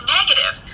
negative